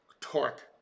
torque